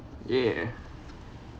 yeah